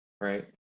right